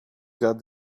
got